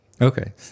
Okay